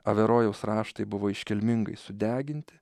averojaus raštai buvo iškilmingai sudeginti